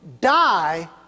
die